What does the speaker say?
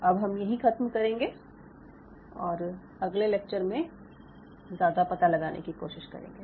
अब हम यहीं ख़त्म करेंगे और अगले लेक्चर में ज़्यादा पता लगाने की कोशिश करेंगे